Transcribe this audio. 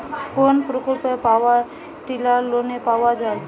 কোন প্রকল্পে power tiller লোনে পাওয়া য়ায়?